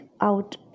out